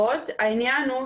נשים,